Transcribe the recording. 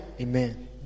amen